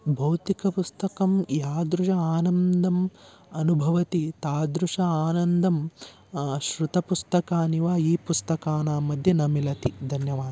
भौतिकपुस्तकेभ्यः यादृशम् आनन्दम् अनुभवामि तादृशम् आनन्दं श्रुतपुस्तकानि वा ई पुस्तकानां मध्ये न मिलति धन्यवादः